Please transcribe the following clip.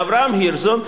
אברהם הירשזון,